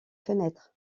fenêtres